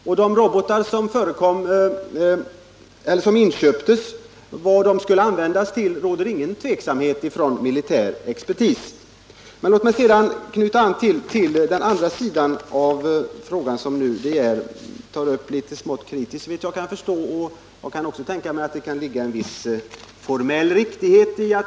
Vad de robotar som inköptes skulle användas till råder inget tvivel om hos Men låt mig sedan knyta an till den andra sidan av frågan, som försvarsminister DE Geer såvitt jag kan förstå tar upp litet kritiskt, som det kan ligga en viss formell riktighet i.